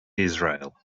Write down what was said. israel